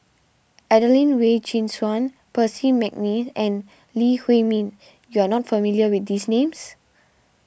Adelene Wee Chin Suan Percy McNeice and Lee Huei Min you are not familiar with these names